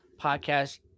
podcast